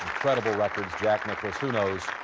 incredible records jack nicklaus, who knows?